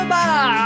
Bye